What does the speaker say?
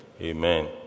Amen